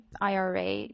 IRA